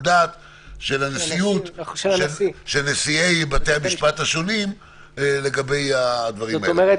דעת של נשיאי בתי המשפט השונים לגבי הדברים האלה.